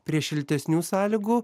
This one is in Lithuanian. prie šiltesnių sąlygų